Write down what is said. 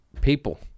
people